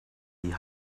die